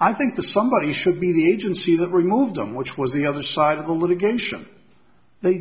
i think the somebody should be the agency that removed them which was the other side of the litigation they